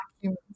humans